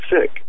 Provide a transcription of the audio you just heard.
sick